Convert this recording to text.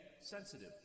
sensitive